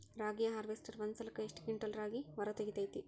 ರಾಗಿಯ ಹಾರ್ವೇಸ್ಟರ್ ಒಂದ್ ಸಲಕ್ಕ ಎಷ್ಟ್ ಕ್ವಿಂಟಾಲ್ ರಾಗಿ ಹೊರ ತೆಗಿತೈತಿ?